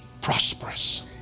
prosperous